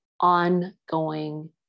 ongoing